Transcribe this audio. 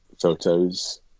photos